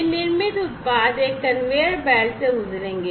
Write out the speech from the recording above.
ये निर्मित उत्पाद एक कन्वेयर बेल्ट से गुजरेंगे